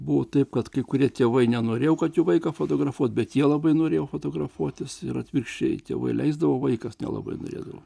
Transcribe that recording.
buvo taip kad kai kurie tėvai nenorėjo kad vaiką fotografuot bet jie labai norėjo fotografuotis ir atvirkščiai tėvai leisdavo vaikas nelabai norėdavo